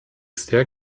sehr